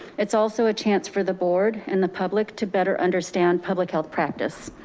it's also a chance for the board and the public to better understand public health practice.